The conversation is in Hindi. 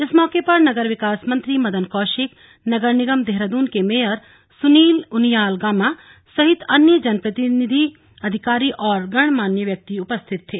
इस मौके पर नगर विकास मंत्री मदन कौशिक नगर निगम देहरादून के मेयर सुनील उनियाल गामा सहित अन्य जनप्रतिनिधि अधिकारी व गणमान्य व्यक्ति उपस्थित थे